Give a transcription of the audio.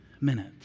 minute